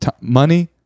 money